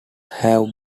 have